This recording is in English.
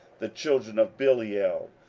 the children of belial,